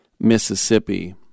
Mississippi